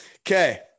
Okay